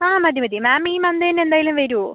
ആ മതി മതി മാം ഈ മന്ത് തന്നെ എന്തായാലും വെരോ